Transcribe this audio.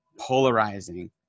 polarizing